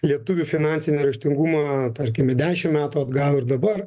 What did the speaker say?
lietuvių finansinį raštingumą tarkime dešimt metų atgal ir dabar